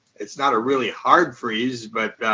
it's not a really hard freeze. but